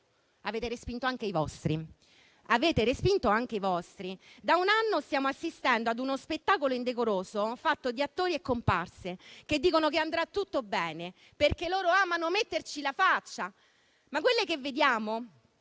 avete respinto anche i vostri. Da un anno stiamo assistendo ad uno spettacolo indecoroso fatto di attori e comparse che dicono che andrà tutto bene, perché loro amano metterci la faccia. Ma quelle che vediamo